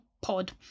pod